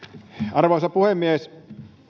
arvoisa puhemies